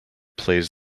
plays